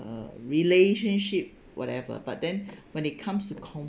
uh relationship whatever but then when it comes to